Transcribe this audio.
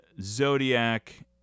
Zodiac